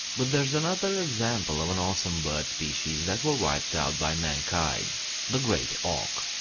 but there's another example of an awesome bird species that were wiped out by mankind the great auk.